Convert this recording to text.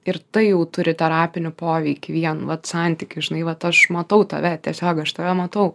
ir tai jau turi terapinį poveikį vien vat santykis žinai vat aš matau tave tiesiog aš tave matau